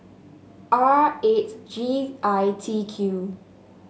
R eight G I T Q